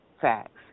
facts